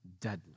deadly